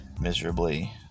miserably